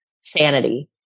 sanity